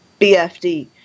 BFD